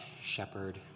shepherd